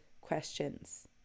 questions